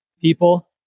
People